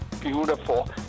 beautiful